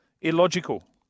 Illogical